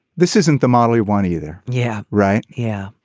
this isn't the model we want either yeah right. yeah.